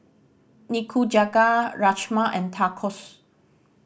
Nikujaga Rajma and Tacos